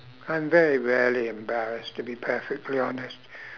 I'm very rarely embarrassed to be perfectly honest